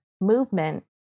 movement